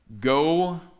Go